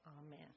Amen